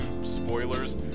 spoilers